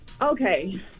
Okay